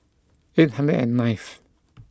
eight hundred and nineth